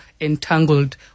entangled